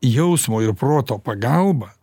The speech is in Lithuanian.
jausmo ir proto pagalba